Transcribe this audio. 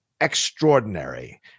extraordinary